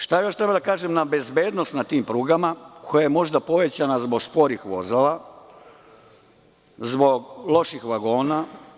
Šta još treba da kažem za bezbednost na tim prugama koja je možda povećana zbog sporih vozova, zbog loših vagona?